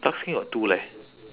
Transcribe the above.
dark skin got two leh